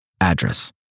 Address